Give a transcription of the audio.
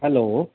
hello